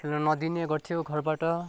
खेल्न नदिने गर्थ्यो घरबाट